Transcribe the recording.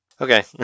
okay